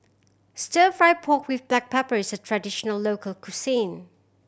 Stir Fry pork with black pepper is a traditional local cuisine